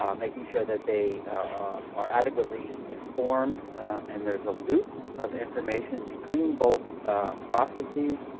um making sure that they are adequately informed and there's a loop of information between both processes,